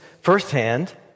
firsthand